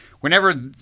whenever